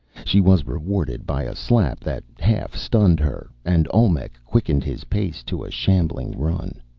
she was rewarded by a slap that half stunned her, and olmec quickened his pace to a shambling run.